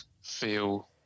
feel